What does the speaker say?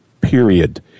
period